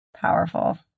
powerful